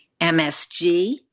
MSG